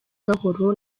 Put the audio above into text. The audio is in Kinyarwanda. gahoro